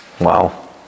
Wow